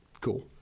cool